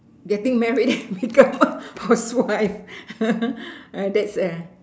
getting married become a housewife uh that's a